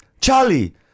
Charlie